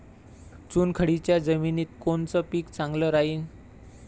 चुनखडीच्या जमिनीत कोनचं पीक चांगलं राहीन?